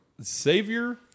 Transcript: savior